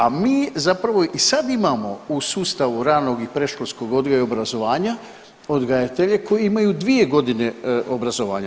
A mi zapravo i sad imamo u sustavu ranog i predškolskog odgoja i obrazovanja odgajatelje koji imaju 2 godine obrazovanja.